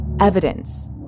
evidence